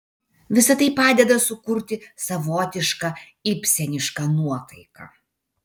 visa tai padeda sukurti savotišką ibsenišką nuotaiką